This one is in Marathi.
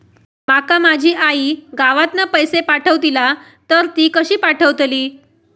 माका माझी आई गावातना पैसे पाठवतीला तर ती कशी पाठवतली?